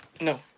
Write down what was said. No